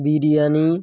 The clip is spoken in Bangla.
বিরিয়ানি